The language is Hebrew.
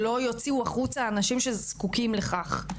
שלא יוציאו החוצה אנשים שזקוקים לכך,